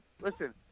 Listen